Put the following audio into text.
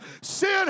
Sin